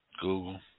Google